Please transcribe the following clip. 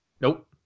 Nope